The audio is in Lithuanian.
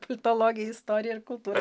politologiją istoriją ir kultūrą